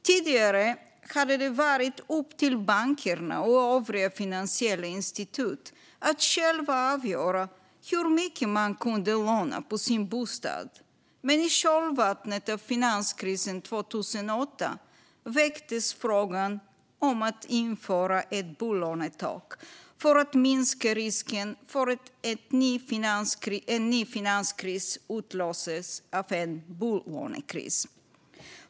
Tidigare hade det varit upp till bankerna och övriga finansiella institut att själva avgöra hur mycket man kunde låna på sin bostad, men i kölvattnet av finanskrisen 2008 väcktes frågan om att införa ett bolånetak för att minska risken för en ny finanskris utlöst av en bolånekris.